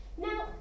Now